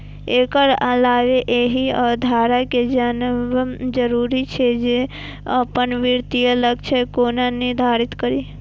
एकर अलावे एहि अवधारणा कें जानब जरूरी छै, जे अपन वित्तीय लक्ष्य कोना निर्धारित करी